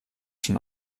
schon